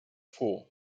vor